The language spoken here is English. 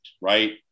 Right